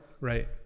Right